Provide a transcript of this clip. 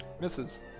Misses